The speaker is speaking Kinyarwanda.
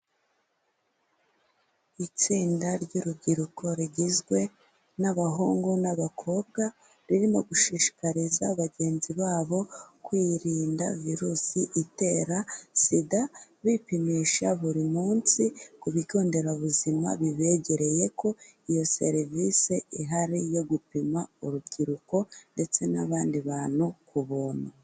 Itsinda ry'urubyiruko rigizwe n'abahungu n'abakobwa, ririmo gushishikariza bagenzi babo, kwirinda virusi itera SIDA, bipimisha buri munsi ku bigo nderabuzima bibegereye ko iyo serivisi ihari yo gupima urubyiruko ndetse n'abandi bantu ku buntu.